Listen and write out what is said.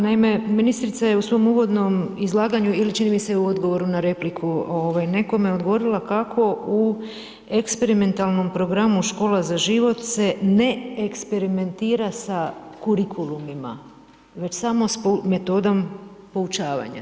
Naime, ministrica je u svom uvodnom izlaganju ili čini mi se u odgovoru na repliku nekome odgovorila kako u eksperimentalnom programu „Škola za život“ se ne eksperimentira sa kurikulumima, već samo s metodom poučavanja.